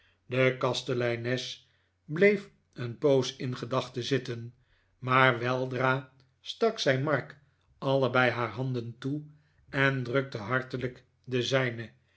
de kasteleines bleef een poos in gedachten zitten maar weldra stak zij mark allebei haar handen toe en drukte hartelijk de zijne